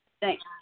thanks